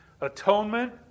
Atonement